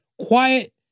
quiet